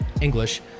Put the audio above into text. english